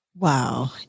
Wow